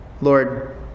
Lord